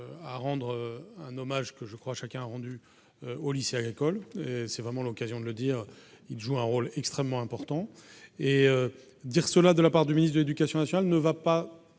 à rendre un hommage que je crois, chacun a rendu au lycée agricole, c'est vraiment l'occasion de le dire. Il joue un rôle extrêmement important et dire cela de la part du ministre de l'Éducation nationale ne va pas